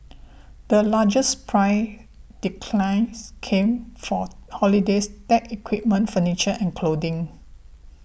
the largest price declines came for holidays tech equipment furniture and clothing